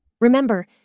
Remember